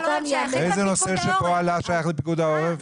איזה נושא שעלה פה שייך לפיקוד העורף?